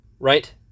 Right